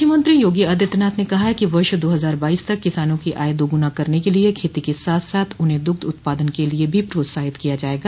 मुख्यमंत्री योगी आदित्यनाथ ने कहा है कि वर्ष दो हजार बाईस तक किसानों की आय दोगुना करने के लिए खेती के साथ साथ उन्हें दुग्ध उत्पादन के लिए भी प्रोत्साहित किया जायेगा